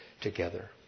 together